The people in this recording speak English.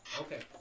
Okay